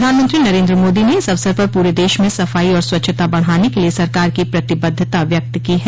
प्रधानमंत्री नरेन्द्र मोदी ने इस अवसर पर पूरे देश में सफाई और स्वच्छता बढ़ाने के लिए सरकार की प्रतिबद्धता व्यक्त की है